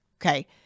okay